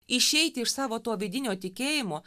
išeiti iš savo to vidinio tikėjimo